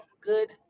good